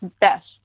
best